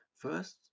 First